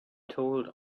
told